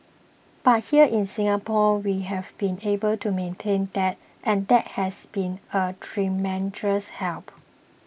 but here in Singapore we've been able to maintain that and that has been a tremendous help